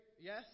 yes